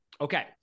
Okay